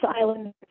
island